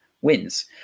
wins